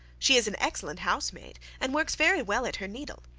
she is an excellent housemaid, and works very well at her needle.